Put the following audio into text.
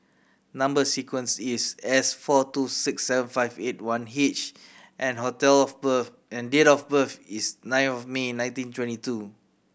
number sequence is S four two six seven five eight one H and hotel of birth and date of birth is nine of May nineteen twenty two